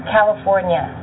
California